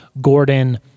Gordon